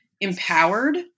empowered